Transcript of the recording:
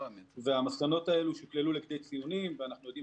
המסקנות האלה שוקללו לפי ציונים והיום אנחנו יודעים